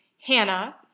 Hannah